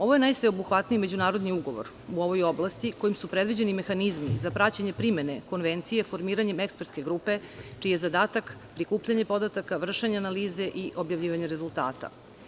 Ovo je najsveobuhvatniji međunarodni ugovor u ovoj oblasti, kojim su predviđeni mehanizmi za praćenje primene Konvencije, formiranje ekspertske grupe, čiji je zadatak prikupljanje podataka, vršenje analize i objavljivanje rezultata.